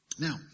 Now